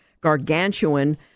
gargantuan